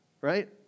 right